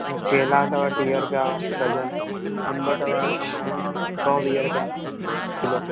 केला अथव टीह रुपया डजन अंबु अथव असांजो सौ वीह रुपया किलो